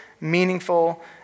meaningful